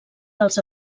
dels